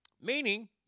meaning